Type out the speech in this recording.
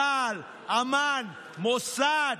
צה"ל, אמ"ן, המוסד.